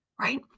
right